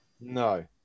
No